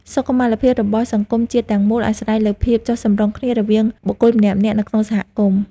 សុខុមាលភាពរបស់សង្គមជាតិទាំងមូលអាស្រ័យលើភាពចុះសម្រុងគ្នារវាងបុគ្គលម្នាក់ៗនៅក្នុងសហគមន៍។